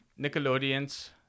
Nickelodeon's